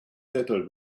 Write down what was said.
better